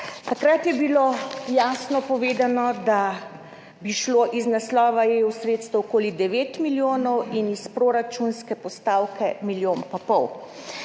Takrat je bilo jasno povedano, da bi šlo iz naslova sredstev EU okoli 9 milijonov in s proračunske postavke milijon pa pol.